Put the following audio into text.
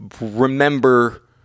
remember